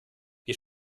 wir